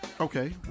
Okay